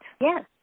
Yes